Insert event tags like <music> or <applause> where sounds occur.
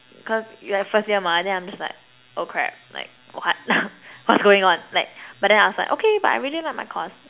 cause your at first year mah then I'm just like oh crap like what <laughs> what's going on like but then I was like okay but I really like my course